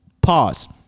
pause